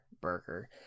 burger